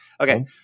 Okay